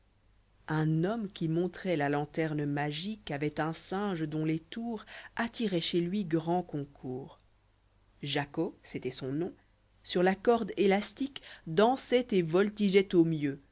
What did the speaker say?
un homme qui mo ntro itja lanterne magique avoit un singe dont les tours attiraient chez lui grand concours jacqueau c'était son nom sur la corde élastique dansoit et voltigeoit au mieux